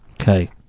okay